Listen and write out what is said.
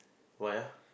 why ah